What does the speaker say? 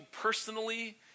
personally